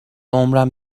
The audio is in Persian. عمرم